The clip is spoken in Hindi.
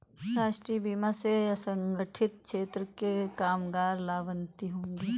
राष्ट्रीय बीमा से असंगठित क्षेत्र के कामगार लाभान्वित होंगे